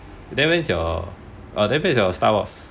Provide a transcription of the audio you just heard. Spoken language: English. then when's your